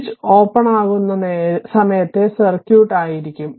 switch open ആകുന്ന സമയത്തെ circuit ഇതായിരിക്കും